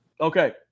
Okay